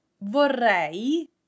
Vorrei